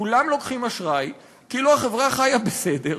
כולם לוקחים אשראי, כאילו החברה חיה בסדר,